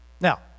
Now